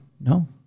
no